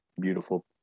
beautiful